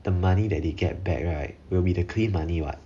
the money that they get back right will be the clean money what